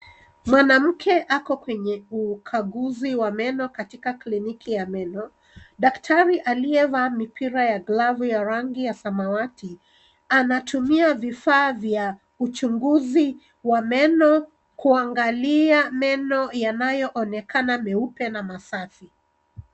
Mwanamke ako kwenye ukaguzi wa meno katika kliniki ya meno. Daktari aliyevaa mipira ya glavu ya rangi ya samawati anaatumia vifaa vya uchunguzi wa meno kuangalia meno yanayoonekana meupe na masafi.